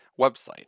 website